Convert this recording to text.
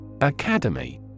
Academy